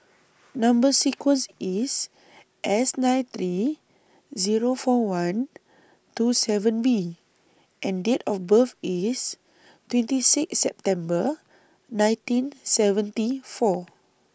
Number sequence IS S nine three Zero four one two seven B and Date of birth IS twenty six September nineteen seventy four